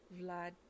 Vlad